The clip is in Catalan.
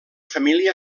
família